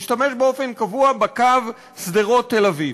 נוסע באופן קבוע בקו שדרות תל-אביב.